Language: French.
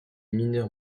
mineurs